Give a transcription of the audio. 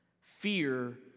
Fear